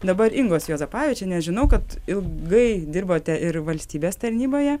dabar ingos juozapavičienės žinau kad ilgai dirbote ir valstybės tarnyboje